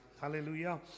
Hallelujah